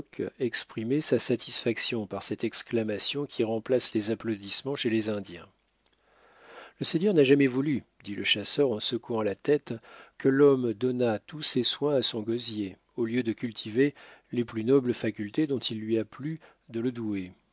exprimait sa satisfaction par cette exclamation qui remplace les applaudissements chez les indiens le seigneur n'a jamais voulu dit le chasseur en secouant la tête que l'homme donnât tous ses soins à son gosier au lieu de cultiver les plus nobles facultés dont il lui a plu de le douer